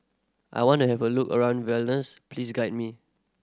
I want have a look around Vilnius please guide me